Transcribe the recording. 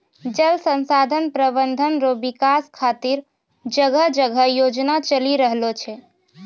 जल संसाधन प्रबंधन रो विकास खातीर जगह जगह योजना चलि रहलो छै